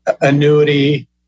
annuity